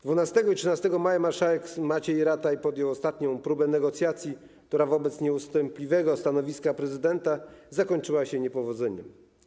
12 i 13 maja marszałek Maciej Rataj podjął ostatnią próbę negocjacji, która wobec nieustępliwego stanowiska prezydenta zakończyła się niepowodzeniem.